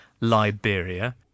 Liberia